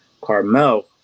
Carmel